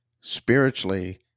spiritually